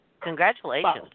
congratulations